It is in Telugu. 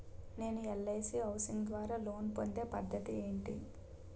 నేను ఎల్.ఐ.సి హౌసింగ్ ద్వారా లోన్ పొందే పద్ధతి ఏంటి?